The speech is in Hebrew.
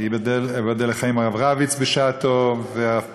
אבדל לחיים, הרב רביץ בשעתו והרב פרוש.